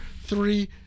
three